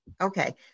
Okay